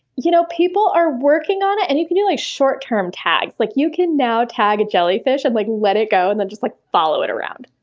you know people are working on it, and you can do like short-term tags. like you can now tag a jellyfish, and like let it go, and then just like follow it around.